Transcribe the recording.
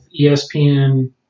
ESPN